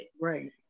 Right